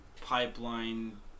pipeline